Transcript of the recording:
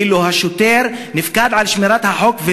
והשוטר מופקד על שמירת החוק,